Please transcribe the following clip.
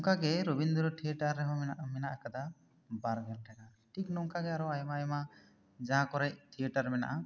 ᱚᱱᱠᱟ ᱜᱮ ᱨᱚᱵᱤᱱᱫᱨᱚ ᱛᱷᱤᱭᱮᱴᱟᱨ ᱨᱮᱦᱚᱸ ᱢᱮᱱᱟᱜ ᱟᱠᱟᱫᱟ ᱵᱟᱨ ᱜᱮᱞ ᱴᱟᱠᱟ ᱴᱷᱤᱠ ᱚᱱᱠᱟ ᱜᱮ ᱟᱨᱚ ᱟᱭᱢᱟ ᱟᱭᱢᱟ ᱡᱟᱦᱟᱸ ᱠᱚᱨᱮ ᱛᱷᱤᱭᱮᱴᱟᱨ ᱢᱮᱱᱟᱜᱼᱟ